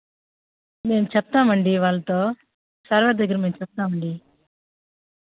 మేము చెప్తామండి వాళ్ళతో సర్వర్ దగ్గర మేము చెప్తామండి